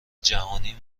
جهانی